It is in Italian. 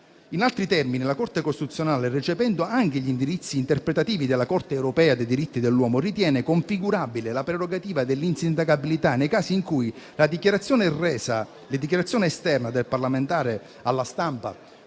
In altri termini, la Corte costituzionale, recependo anche gli indirizzi interpretativi della Corte europea dei diritti dell'uomo, ritiene configurabile la prerogativa dell'insindacabilità nei casi in cui la dichiarazione esterna del parlamentare alla stampa